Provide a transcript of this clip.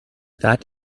that